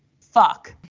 fuck